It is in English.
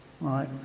right